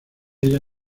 ella